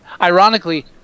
Ironically